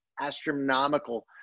astronomical